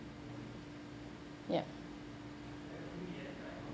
yup